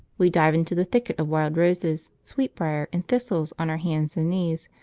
we dive into the thicket of wild roses, sweetbrier, and thistles on our hands and knees,